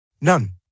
None